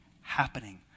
happening